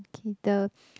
okay the